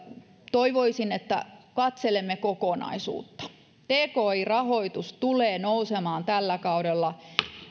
toivoisin että katselemme kokonaisuutta tki rahoitus tulee nousemaan tällä kaudella